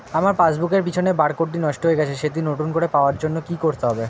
আমার পাসবুক এর পিছনে বারকোডটি নষ্ট হয়ে গেছে সেটি নতুন করে পাওয়ার জন্য কি করতে হবে?